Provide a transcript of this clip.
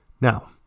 Now